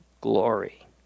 glory